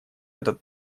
этот